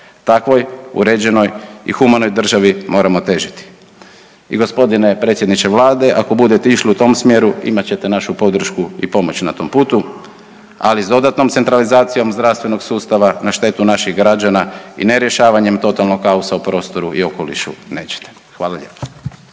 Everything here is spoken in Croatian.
Takvoj uređenoj i humanoj državi moramo težiti. I g. predsjedniče Vlade, ako budete išli u tom smjeru, imat ćete našu podršku i pomoć na tom putu, ali s dodatnom centralizacijom zdravstvenog sustava na štetu naših građana i nerješavanjem totalnog kaosa u prostoru i okolišu, nećete. Hvala lijepa.